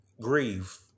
grieve